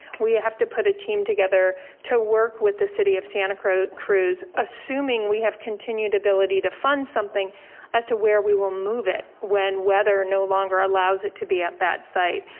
we have to put a team together to work with the city of santa cruz, assuming we have continued ability to fund something as to where we will move it when weather no longer allows it to be at that site.